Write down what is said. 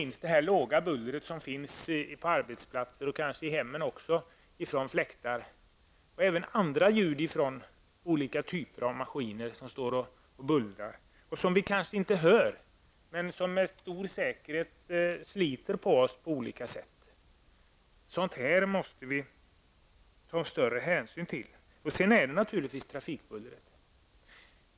Jag tänker inte minst på det låga buller som finns på arbetsplatser och kanske även i hemmen från fläkter och även på andra ljud från olika typer av maskiner som bullrar. Trots att vi kanske inte ens hör det sliter det med stor säkerhet på oss på olika sätt. Sådant måste vi ta större hänsyn till. Sedan är det naturligtvis trafikbullret.